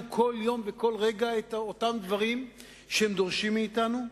כל יום וכל רגע את אותם דברים שהם דורשים מאתנו?